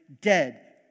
Dead